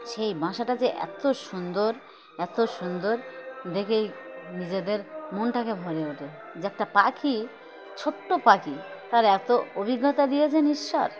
সেই বাসাটা যে এত সুন্দর এত সুন্দর দেখেই নিজেদের মনটাকে ভরে ওঠে যে একটা পাখি ছোট্ট পাখি তার এত অভিজ্ঞতা দিয়েছেন ঈশ্বর